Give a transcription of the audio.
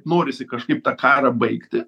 norisi kažkaip tą karą baigti